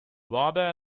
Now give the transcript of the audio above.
wada